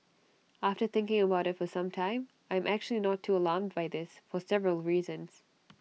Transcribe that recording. after thinking about IT for some time I am actually not too alarmed by this for several reasons